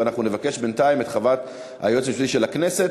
ונבקש בינתיים את חוות דעת היועץ המשפטי של הכנסת